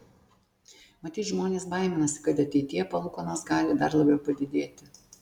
matyt žmonės baiminasi kad ateityje palūkanos gali dar labiau padidėti